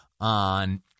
on